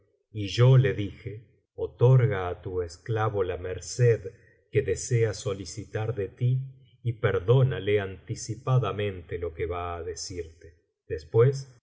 y yo le dije otorga á tu esclavo la merced que desea solicitar de ti y perdónale anticipadamente lo que va á decirte después